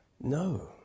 No